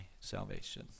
salvation